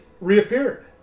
reappeared